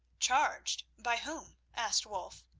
charged? by whom? asked wulf.